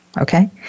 Okay